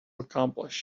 accomplish